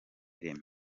reme